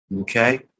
okay